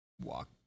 walk